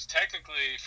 technically